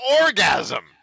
orgasm